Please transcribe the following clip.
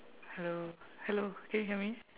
hello hello can you hear me